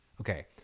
Okay